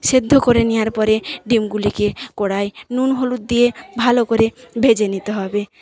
সেদ্ধ করে নেওয়ার পরে ডিমগুলিকে কড়ায় নুন হলুদ দিয়ে ভালো করে ভেজে নিতে হবে